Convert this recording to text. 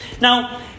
Now